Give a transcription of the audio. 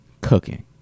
cooking